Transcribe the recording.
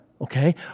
Okay